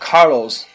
Carlos